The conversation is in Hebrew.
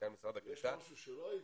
משרד הקליטה --- יש משהו שלא היית?